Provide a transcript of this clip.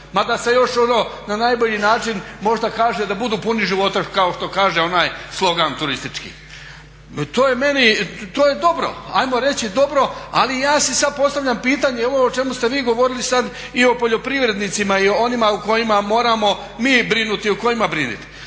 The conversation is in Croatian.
mada se još ono na najbolji način možda kaže da budu puni života kao što kaže onaj slogan turistički. I to je meni, to je dobro, hajmo reći dobro ali ja si sad postavljam pitanje ovo o čemu ste vi govorili sad i o poljoprivrednicima i o onima o kojima moramo mi brinuti. Dobro,